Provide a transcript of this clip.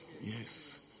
yes